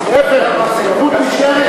לבג"ץ, אתה תחוקק חוק,